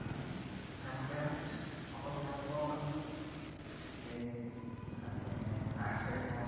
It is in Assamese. কিয়নো তেওঁলোকে ইচ অকল তেওঁলোকক আমি যি আমি নাৰ্চাৰী হওক